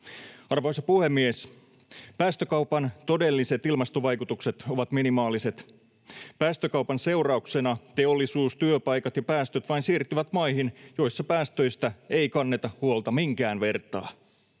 Arvoisa puhemies! Päästökaupan todelliset ilmastovaikutukset ovat minimaaliset. Päästökaupan seurauksena teollisuustyöpaikat ja ‑päästöt vain siirtyvät maihin, joissa päästöistä ei kanneta huolta minkään vertaa.